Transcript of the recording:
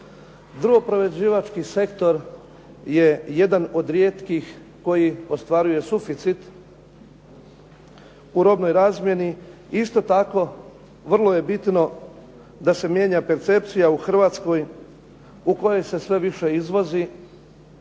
Drvo prerađivački sektor je jedan od rijetkih koji ostvaruje suficit u robnoj razmjeni. Isto tako, vrlo je bitno da se mijenja percepcija u Hrvatskoj u kojoj se sve više izvozi